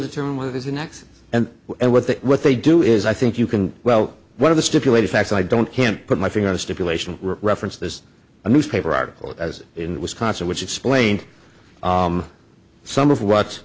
determine what is the next and what the what they do is i think you can well one of the stipulated facts i don't can't put my finger on a stipulation reference there's a newspaper article as in wisconsin which explained some of what